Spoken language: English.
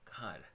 God